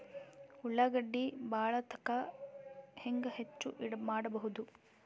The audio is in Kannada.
ಉಳ್ಳಾಗಡ್ಡಿ ಬಾಳಥಕಾ ಹೆಂಗ ಹೆಚ್ಚು ಮಾಡಬಹುದು?